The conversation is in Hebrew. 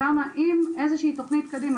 היא קמה עם איזו שהיא תוכנית קדימה,